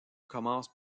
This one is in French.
commence